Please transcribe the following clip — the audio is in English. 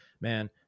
man